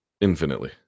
Infinitely